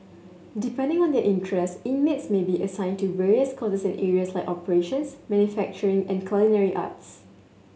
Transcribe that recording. depending on their interest inmates may be assigned to various courses in areas like operations manufacturing and culinary arts